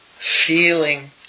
Feeling